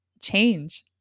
change